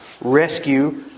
rescue